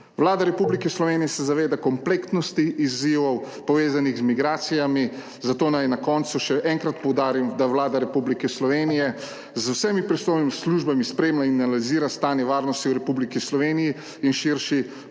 (nadaljevanje) zaveda kompleksnosti izzivov, povezanih z migracijami, zato naj na koncu še enkrat poudarim, da Vlada Republike Slovenije z vsemi pristojnimi službami spremlja in analizira stanje varnosti v Republiki Sloveniji in širši